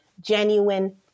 genuine